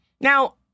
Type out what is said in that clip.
Now